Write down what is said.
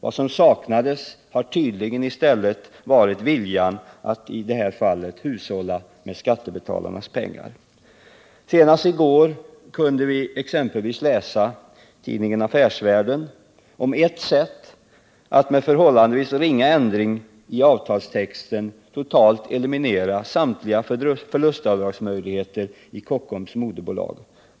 Vad som saknats i det här fallet har i stället tydligen varit viljan att hushålla med skattebetalarnas pengar. Senast i går kunde vi i tidningen Affärsvärlden läsa om ett sätt att med förhållandevis ringa ändring av avtalstexten totalt eliminera samtliga förlustavdrag i Kockums moderbolag.